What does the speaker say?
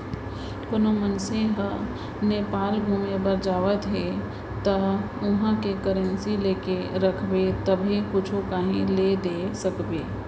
कोनो मनसे ह नेपाल घुमे बर जावत हे ता उहाँ के करेंसी लेके रखबे तभे कुछु काहीं ले दे सकबे